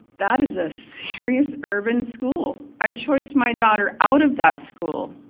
that is a serious urban school. i choiced my daughter out of that school.